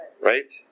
Right